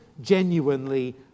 genuinely